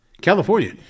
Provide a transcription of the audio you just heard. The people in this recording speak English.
California